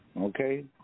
Okay